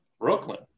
Brooklyn